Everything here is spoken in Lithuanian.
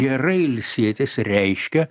gerai ilsėtis reiškia